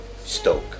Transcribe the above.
stoke